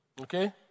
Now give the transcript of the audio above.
Okay